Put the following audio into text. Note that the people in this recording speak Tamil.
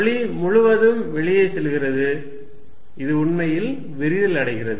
ஒளி முழுவதும் வெளியே செல்கிறது இது உண்மையில் விரிதல் அடைகிறது